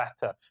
better